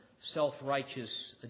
self-righteous